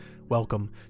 welcome